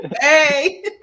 Hey